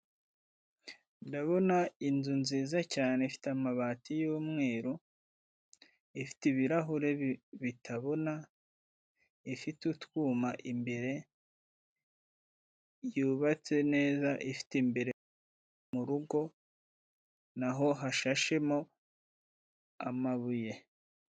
Ndabona inzu nziza cyane ifite amabati y'umweru ifite ibirahure bitabona, ifite utwuma imbere, yubatse neza ifite imbere murugo naho hashashemo amabuye.